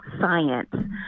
science